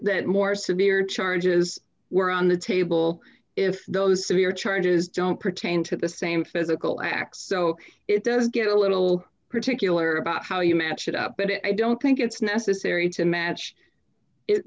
that more severe charges were on the table if those severe charges don't pertain to the same physical acts so it does get a little particular about how you match it up but i don't think it's necessary to match it